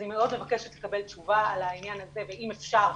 אז אני מאוד מבקשת לקבל תשובה על העניין הזה ואם אפשר,